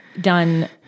done